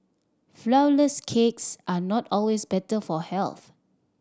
flourless cakes are not always better for health